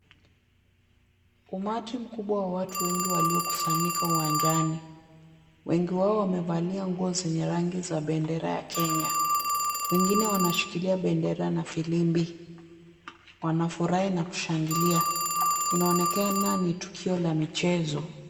Umati mkubwa wa watu wengi waliokusanyika uwanjani. Wengi wao wamevalia nguo zenye rangi za bendera ya Kenya. Wengine wanashikilia bendera na firimbi. Wanafurahi na kushangilia. Inaonekana ni tukio la michezo.